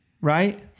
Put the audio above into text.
right